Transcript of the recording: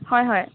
হয় হয়